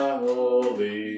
holy